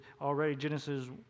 already—Genesis